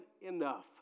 enough